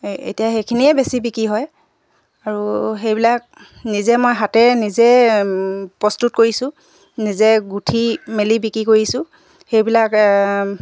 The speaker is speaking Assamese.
এতিয়া সেইখিনিয়ে বেছি বিক্ৰী হয় আৰু সেইবিলাক নিজে মই হাতেৰে নিজে প্ৰস্তুত কৰিছোঁ নিজে গোঁঠি মেলি বিক্ৰী কৰিছোঁ সেইবিলাক